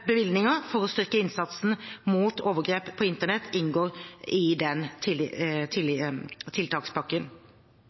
bevilgninger for å styrke innsatsen mot overgrep på internett inngår i den